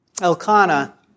Elkanah